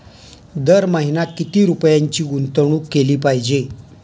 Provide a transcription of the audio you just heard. दर महिना किती रुपयांची गुंतवणूक केली पाहिजे?